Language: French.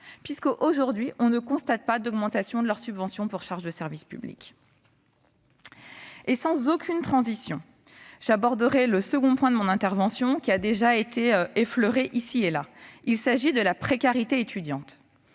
ces établissements, sans augmentation de leur subvention pour charges de service public ? Sans aucune transition, j'aborderai le second point de mon intervention, qui a déjà été effleuré ici et là, à savoir la précarité étudiante.